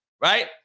Right